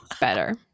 better